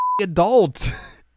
adult